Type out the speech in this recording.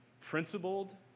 principled